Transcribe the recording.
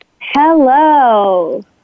Hello